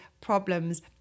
problems